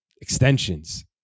Extensions